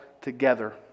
together